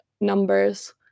numbers